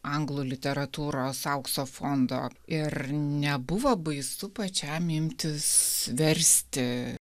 anglų literatūros aukso fondo ir nebuvo baisu pačiam imtis versti